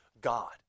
God